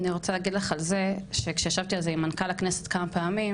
אני רוצה להגיד לך שכשישבתי על הנושא הזה עם מנכ"ל הכנסת כמה פעמים,